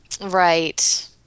Right